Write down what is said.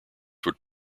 would